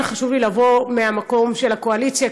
כן חשוב לי לבוא מהמקום של הקואליציה,